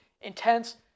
intense